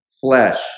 flesh